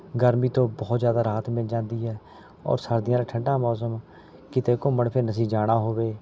ਗਰਮੀ ਤੋਂ ਬਹੁਤ ਜ਼ਿਆਦਾ ਰਾਹਤ ਮਿਲ ਜਾਂਦੀ ਹੈ ਔਰ ਸਰਦੀਆਂ ਦਾ ਠੰਡਾ ਮੌਸਮ ਕਿਤੇ ਘੁੰਮਣ ਫਿਰਨ ਅਸੀਂ ਜਾਣਾ ਹੋਵੇ